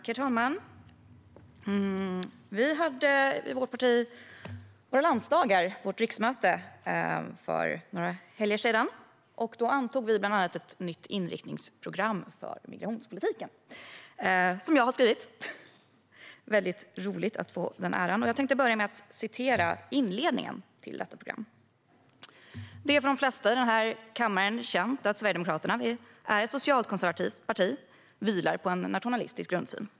Herr talman! Vi i vårt parti hade våra landsdagar, vårt riksmöte, för några helger sedan. Då antog vi bland annat ett nytt inriktningsprogram för migrationspolitiken, som jag har skrivit. Det är mycket roligt att ha fått den äran. Jag tänkte börja med att läsa upp en del av inledningen till detta program. Det är för de flesta i denna kammare känt att Sverigedemokraterna är ett socialkonservativt parti som vilar på en nationalistisk grundsyn.